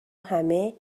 همه